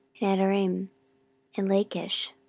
and adoraim, and lachish,